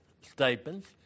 statements